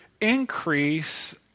increase